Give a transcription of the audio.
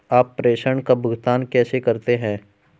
आप प्रेषण का भुगतान कैसे करते हैं?